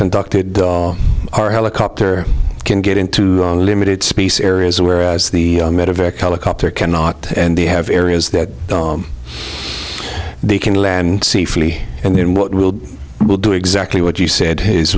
conducted our helicopter can get into limited space areas whereas the medivac helicopter cannot and they have areas that they can land safely and then what we'll will do exactly what you said his